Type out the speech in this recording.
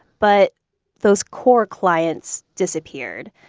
but those core clients disappeared.